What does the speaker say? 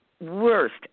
worst